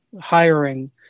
hiring